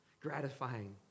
gratifying